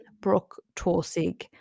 Brooke-Torsig